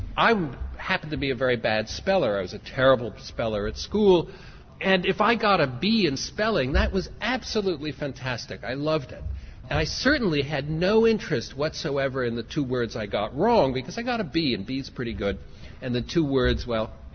i i happened to be a very bad speller, i was a terrible speller at school and if i got a b in spelling that was absolutely fantastic, i would have loved it and i certainly had no interest whatsoever in the two words i got wrong because i got a b and b is pretty good and the two words well,